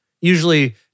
usually